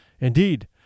Indeed